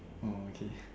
oh okay